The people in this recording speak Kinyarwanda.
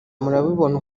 murabibona